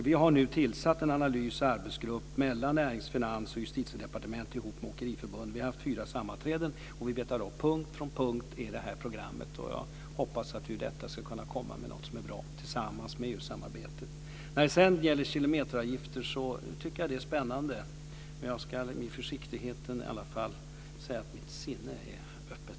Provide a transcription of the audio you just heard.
Vi har nu tillsatt en analys och arbetsgrupp mellan Närings-, Finans och Justitiedepartementen ihop med Åkeriförbundet. Vi har haft fyra sammanträden, och vi betar av punkt för punkt i det här programmet. Jag hoppas att det ur detta ska kunna komma någonting som är bra, tillsammans med EU-samarbetet. När det sedan gäller kilometeravgifter tycker jag att det är spännande. Jag kan med försiktighet i alla fall säga att mitt sinne är öppet.